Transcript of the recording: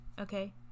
okay